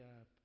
up